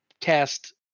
cast